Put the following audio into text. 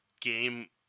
game